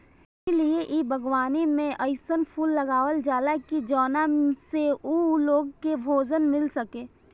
ए लिए इ बागवानी में अइसन फूल लगावल जाला की जवना से उ लोग के भोजन मिल सके